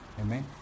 amen